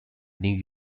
new